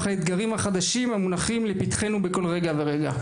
האתגרים החדשים המונחים לפתחנו בכל רגע ורגע.